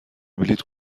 بلیط